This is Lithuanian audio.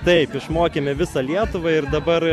taip išmokėme visą lietuvą ir dabar